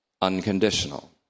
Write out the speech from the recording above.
unconditional